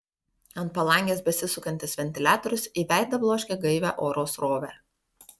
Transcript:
ant palangės besisukantis ventiliatorius į veidą bloškė gaivią oro srovę